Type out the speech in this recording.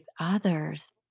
others